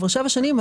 כבר שבע שנים,